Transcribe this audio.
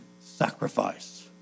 sacrifice